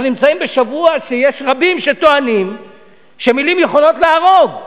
אנחנו נמצאים בשבוע שיש רבים שטוענים שמלים יכולות להרוג.